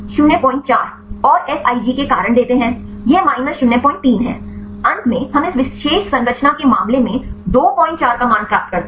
तो हम 06 प्लस 04 और Fij के कारण देते हैं यह माइनस 03 है अंत में हम इस विशेष संरचना के मामले में 24 का मान प्राप्त करते हैं